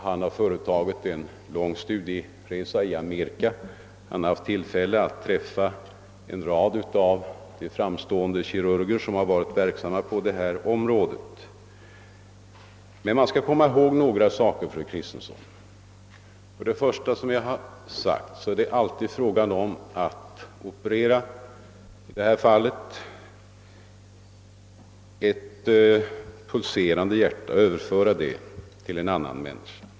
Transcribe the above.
Han har företagit en lång studieresa i Amerika och därvid haft tillfälle att träffa en rad framstående kirurger som är verksamma på detta område. Men man måste komma ihåg några saker, fru Kristensson. Det är, som jag redan framhållit, alltid fråga om att överföra ett pulserande hjärta till en annan människa.